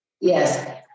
Yes